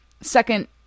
second